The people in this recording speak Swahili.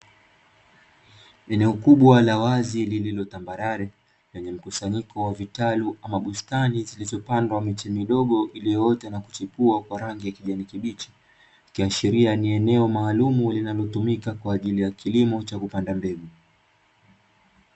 Eneo kubwa la wazi lililo tambarare, lenye mkusanyiko wa vitalu ama bustani zilizopandwa miche midogo, iliyoota na kuchipua kwa rangi ya kijani kibichi. ikiashiria ni eneo maalumu linalotumika kwa ajili ya kilimo cha kupanda mbegu.